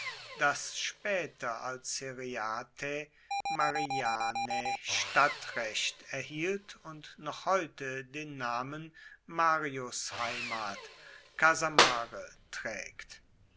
das später als cereatae marianae stadtrecht erhielt und noch heute den namen mariusheimat casamare trägt